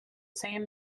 same